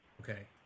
Okay